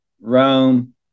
Rome